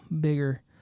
bigger